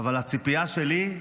אבל הציפייה שלי היא